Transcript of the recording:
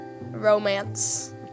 romance